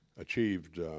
achieved